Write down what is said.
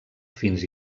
fins